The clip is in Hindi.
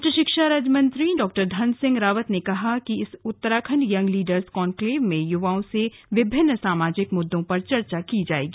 उच्च शिक्षा मंत्री डा धन सिंह रावत ने कहा कि इस उत्तराखण्ड यंग लीडर्स कान्क्लेव में युवाओं से विभिन्न सामाजिक मुद्दों पर चर्चा की जायेगी